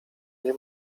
nie